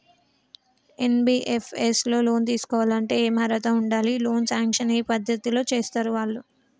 NBFS లో loan తీస్కోవాలంటే ఏం అర్హత ఉండాలి? లోన్ సాంక్షన్ ఏ పద్ధతి లో చేస్తరు వాళ్లు?